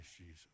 Jesus